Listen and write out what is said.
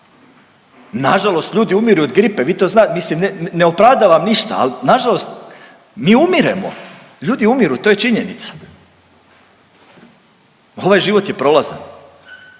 Nažalost ljudi umiru i od gripe, mislim ne opravdavam ništa, ali nažalost mi umiremo, ljudi umiru to je činjenica. Ovaj život je prolazan.